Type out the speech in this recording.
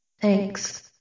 Thanks